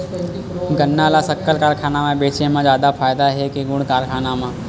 गन्ना ल शक्कर कारखाना म बेचे म जादा फ़ायदा हे के गुण कारखाना म?